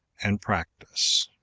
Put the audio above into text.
and practise.